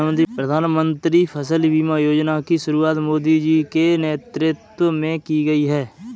प्रधानमंत्री फसल बीमा योजना की शुरुआत मोदी जी के नेतृत्व में की गई है